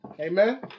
Amen